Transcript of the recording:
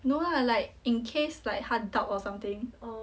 no lah like in case like 他 doubt or something